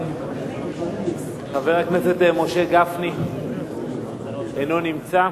חבר הכנסת משה גפני, אינו נמצא,